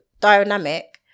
dynamic